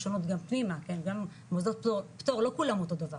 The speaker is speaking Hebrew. יש שונות גם פנימה גם מוסדות פטור לא כולם אותו דבר,